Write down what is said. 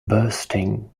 bursting